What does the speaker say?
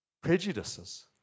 prejudices